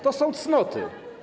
To są cnoty.